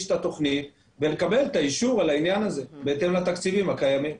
את התוכנית ולקבל את האישור לכך בהתאם לתקציבים הקיימים.